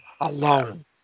alone